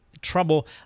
trouble